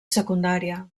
secundària